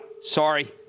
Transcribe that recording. Sorry